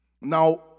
Now